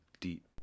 deep